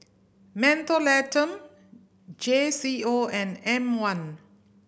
Mentholatum J C O and M One